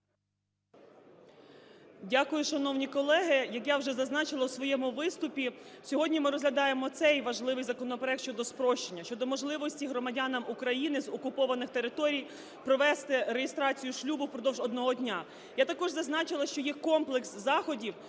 Дякую. Шановні колеги! Як я вже зазначила у своєму виступі, сьогодні ми розглядаємо цей важливий законопроект щодо спрощення, щодо можливості громадянам України з окупованих територій провести реєстрацію шлюбу впродовж одного дня. Я також зазначила, що є комплекс заходів,